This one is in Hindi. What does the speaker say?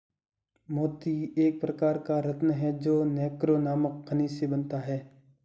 मोती एक प्रकार का रत्न है जो नैक्रे नामक खनिज से बनता है